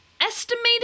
Estimated